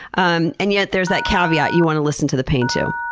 um and yet, there's that caveat, you want to listen to the pain, too.